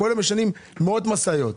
בכל יום משנעים מאות משאיות.